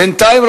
בינתיים,